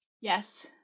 Yes